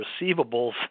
receivables